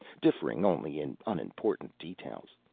differing only in unimportant details.